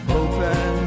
open